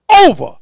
over